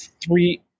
three